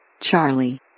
Charlie